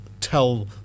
tell